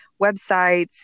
websites